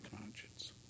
conscience